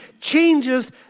changes